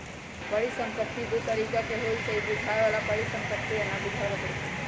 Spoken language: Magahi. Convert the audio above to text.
परिसंपत्ति दु तरिका के होइ छइ बुझाय बला परिसंपत्ति आ न बुझाए बला परिसंपत्ति